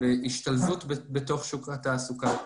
בהשתלבות בשוק התעסוקה.